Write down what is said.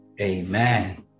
Amen